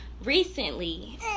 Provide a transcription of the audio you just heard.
recently